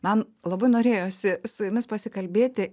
man labai norėjosi su jumis pasikalbėti